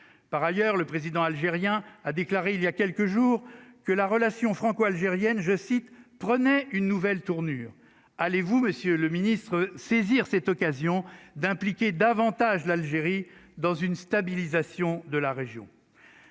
par ailleurs, le président algérien a déclaré il y a quelques jours que la relation franco-algérienne, je cite, prenait une nouvelle tournure allez-vous Monsieur le Ministre, saisir cette occasion d'impliquer davantage l'Algérie dans une stabilisation de la région.